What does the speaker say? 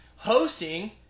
hosting